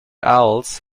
owls